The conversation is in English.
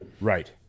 right